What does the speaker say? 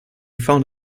found